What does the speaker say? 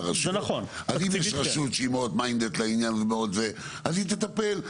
אז אם יש רשות שהיא מאוד מיינדט לעניין אז היא תטפל,